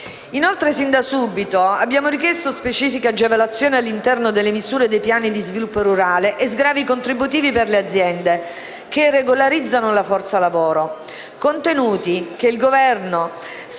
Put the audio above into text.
Inoltre, sin da subito abbiamo richiesto specifiche agevolazioni all'interno delle misure dei piani di sviluppo rurale e sgravi contributivi per le aziende che regolarizzano la forza lavoro; contenuti che il Governo,